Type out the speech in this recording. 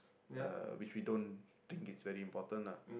uh which we don't think it's very important lah